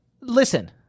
Listen